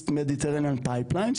east mediterranean pipeline,